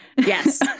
Yes